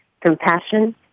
compassion